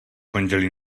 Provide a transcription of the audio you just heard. pondělí